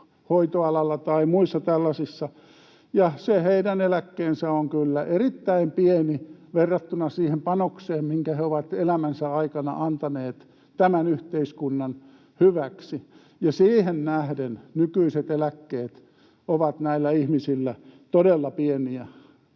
hoitoalalla tai muissa tällaisissa, ja se heidän eläkkeensä on kyllä erittäin pieni verrattuna siihen panokseen, minkä he ovat elämänsä aikana antaneet tämän yhteiskunnan hyväksi. Siihen nähden nykyiset eläkkeet ovat näillä ihmisillä todella pieniä.